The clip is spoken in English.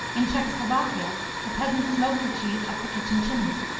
in czechoslovakia the peasants smoke the cheese up the kitchen chimney.